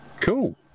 Cool